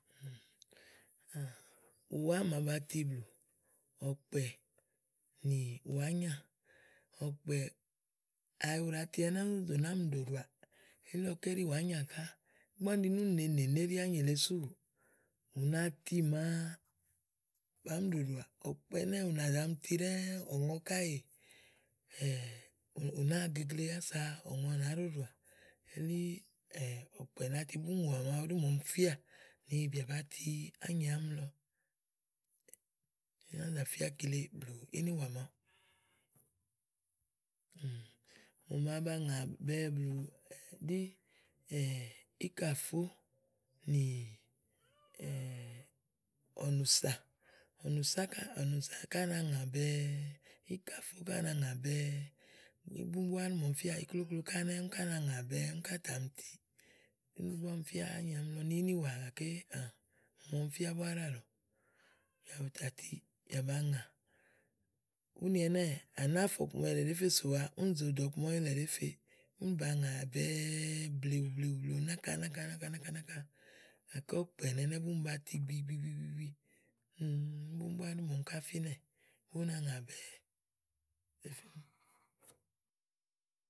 ù wá màa na tí blù ɔ̀kpɛ̀ nì wàá nyà, ɔ̀kpɛ̀ɛ̀, kayi ù ɖa ti ɛnɛ́ ónó do nàáa mì ɖòɖòàà. Elílɔké ɖí wàányà ká. ígbɔ úni ɖi ni úni nèe nènè íɖi ányi èle súù, ù na ti màa bàáá mi ɖòɖòàà. ɔ̀kpɛ̀ ɛnɛ́ɛ̀ ú nà za mi ti ɖɛ́ɛ́, ɔ̀ŋɔ káèè ù nàáa gegle kása ɔ̀ŋɔ nàá ɖoɖòà. Eli ɔ̀kpɛ̀ na ti búni ìŋòwà màaɖí màa ɔmi fíà nì bìà ba ti ányi áàmi lɔ ínà zà fía kile blù ínìwà maaɖu mò màa ba ŋà bɛ̀ɛ blù ɖì íkàfó ni ɔ̀nùsà, ɔ̀nùsà ká, ɔ̀nùsà ká na ŋà bɛ̀ɛ, íkàfó ká na ŋà bɛ̀ɛ, ì búá wàá ɔmi fía íklóklo ká ɛnɛ́ úni ká na ŋà bɛ́ɛ, úni kátà mi tíì búni búá ɔmi fíà úni ɔmi nɔ ni ínìwà gàké aŋ ɔmi fía búá ɖíàlɔ, bìà bù tà tiì, bìà ba nà úni ɛnɛ́ɛ̀, à nàáa fè ɔkuma ɔwɔ yilɛ ɖèé fe sòwa úni zòo dò ɔku ma úni yilɛ ɖèé feè. únì nàa ŋà bɛ̀ɛ blèwù blèwù blèwù náka náka náka náka gàké ɔ̀kpɛ̀ nɛnɛ̀ búni bati gbigbi gbigbi búni búá ɖí màà ɔmi ká fínɛ̀ bù na ŋà bɛ̀ɛ.